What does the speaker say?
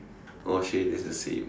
oh !chey! then it's the same